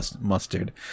mustard